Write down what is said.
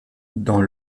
dans